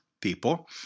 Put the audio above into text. people